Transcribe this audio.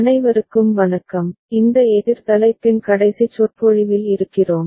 அனைவருக்கும் வணக்கம் இந்த எதிர் தலைப்பின் கடைசி சொற்பொழிவில் இருக்கிறோம்